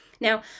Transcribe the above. Now